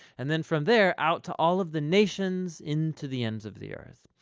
and then from there, out to all of the nations into the ends of the earth.